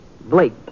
Blake